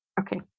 Okay